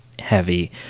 heavy